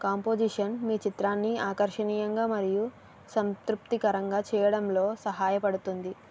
composition మీ చిత్రాన్ని ఆకర్షణీయంగా మరియు సంతృప్తికరంగా చేయడంలో సహాయపడుతుంది